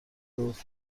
گفت